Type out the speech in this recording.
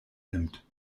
nimmt